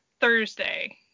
Thursday